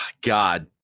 God